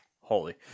Holy